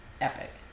epic